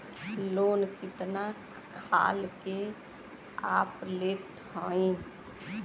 Loan कितना खाल के आप लेत हईन?